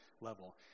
level